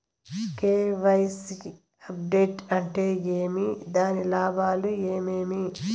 KYC update అంటే ఏమి? దాని లాభాలు ఏమేమి?